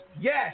Yes